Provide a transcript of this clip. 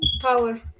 power